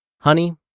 Honey